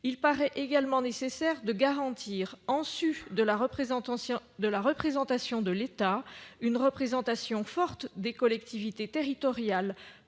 Il paraît nécessaire de garantir, en sus de celle de l'État, une représentation forte des collectivités territoriales,